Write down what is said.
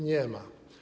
Nie ma.